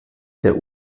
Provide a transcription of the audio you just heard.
der